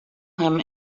him